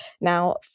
Now